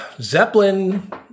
Zeppelin